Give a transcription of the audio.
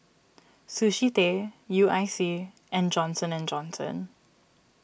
Sushi Tei U I C and Johnson Johnson